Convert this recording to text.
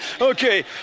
okay